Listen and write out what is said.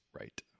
right